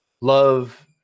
Love